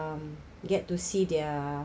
um get to see their